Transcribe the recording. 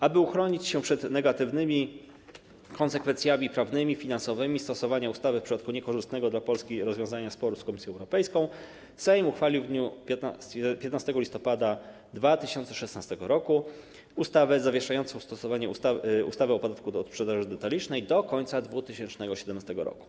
Aby uchronić się przed negatywnymi konsekwencjami prawnymi i finansowymi stosowania ustawy w przypadku niekorzystnego dla Polski rozwiązania sporu z Komisją Europejską, Sejm uchwalił 15 listopada 2016 r. ustawę zawieszającą stosowanie ustawy o podatku od sprzedaży detalicznej do końca 2017 r.